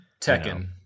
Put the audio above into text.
Tekken